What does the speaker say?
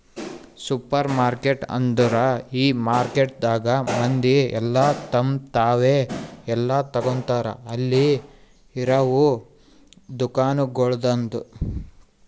supermarket ಅಂದುರ್ ಈ ಮಾರ್ಕೆಟದಾಗ್ ಮಂದಿ ಎಲ್ಲಾ ತಮ್ ತಾವೇ ಎಲ್ಲಾ ತೋಗತಾರ್ ಅಲ್ಲಿ ಇರವು ದುಕಾನಗೊಳ್ದಾಂದು